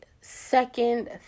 second